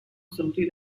simply